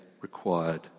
required